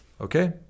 Okay